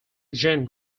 jane